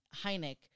Hynek